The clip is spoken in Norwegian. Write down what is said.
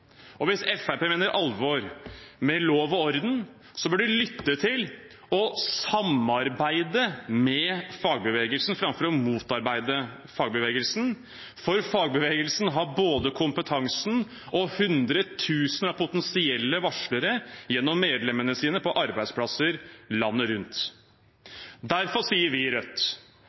og hvis Fremskrittspartiet mener alvor med lov og orden, bør de lytte til og samarbeide med fagbevegelsen, framfor å motarbeide den, for fagbevegelsen har både kompetansen og hundretusener av potensielle varslere blant medlemmene sine på arbeidsplasser landet rundt. Derfor sier vi i Rødt